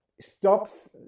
stops